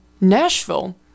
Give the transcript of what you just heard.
Nashville